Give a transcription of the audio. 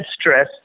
stress